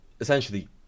essentially